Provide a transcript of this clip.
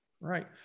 right